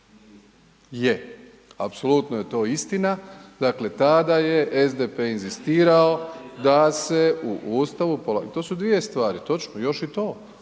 Je, apsolutno je to istina, dakle tada je SDP inzistirao da se u Ustavu, polako, to su dvije stvari, to ću, još i to,